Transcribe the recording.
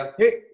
Hey